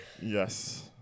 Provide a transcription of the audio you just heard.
Yes